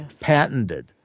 patented